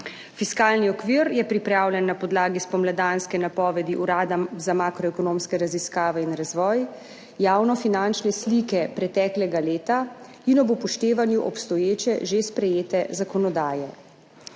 Fiskalni okvir je pripravljen na podlagi spomladanske napovedi Urada za makroekonomske raziskave in razvoj, javnofinančne slike preteklega leta in ob upoštevanju obstoječe že sprejete zakonodaje.